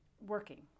Working